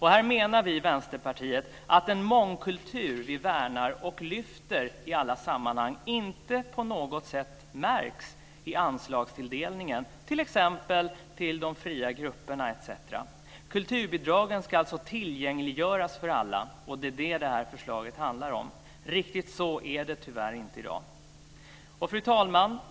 Här menar vi i Vänsterpartiet att den mångkultur vi värnar och lyfter i alla sammanhang inte på något sätt märks i anslagstilldelningen till t.ex. de fria grupperna. Kulturbidragen ska alltså tillgängliggöras för alla. Det är vad förslaget handlar om. Riktigt så är det tyvärr inte i dag. Fru talman!